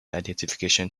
identification